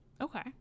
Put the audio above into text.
okay